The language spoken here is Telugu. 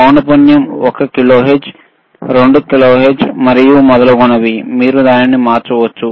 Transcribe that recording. పౌనపున్యం ఒక కిలోహెర్ట్జ్ 2 కిలోహెర్ట్జ్ మరియు మొదలగునవి మీరు దానిని మార్చవచ్చు